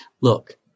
look